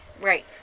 Right